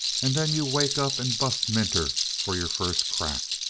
and then you wake up and bust minter for your first crack.